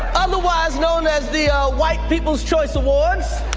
otherwise known as the um white people's choice awards.